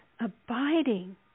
abiding